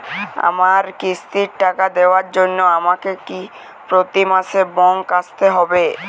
আমার কিস্তির টাকা দেওয়ার জন্য আমাকে কি প্রতি মাসে ব্যাংক আসতে হব?